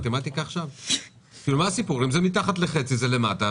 שאינו רכב המנוי בתוספת השלישית,